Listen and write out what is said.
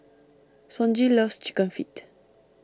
Sonji loves Chicken Feet